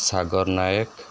Sagar Nayak